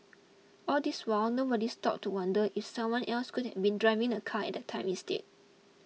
all this while nobody stopped to wonder if someone else could have been driving the car at the time instead